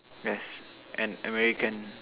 yes and american